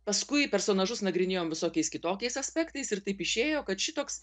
paskui personažus nagrinėjom visokiais kitokiais aspektais ir taip išėjo kad šitoks